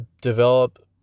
develop